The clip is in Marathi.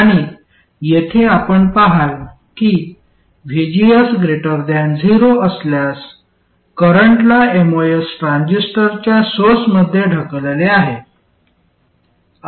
आणि येथे आपण पहाल की vgs 0 असल्यास करंटला एमओएस ट्रान्झिस्टरच्या सोर्समध्ये ढकलले आहे